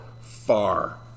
far